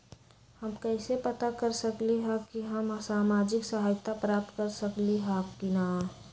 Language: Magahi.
हम कैसे पता कर सकली ह की हम सामाजिक सहायता प्राप्त कर सकली ह की न?